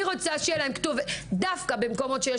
אני רוצה שתהיה להם כתובת דווקא במקומות שיש